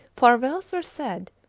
farewells were said,